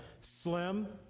slim